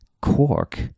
cork